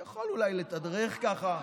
הוא יכול אולי לתדרך, ככה,